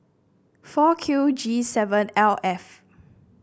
four Q G seven L F